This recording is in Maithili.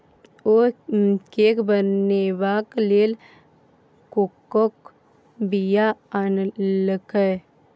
ओ केक बनेबाक लेल कोकोक बीया आनलकै